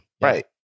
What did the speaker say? Right